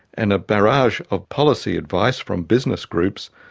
and a barrage of policy advice from business groups,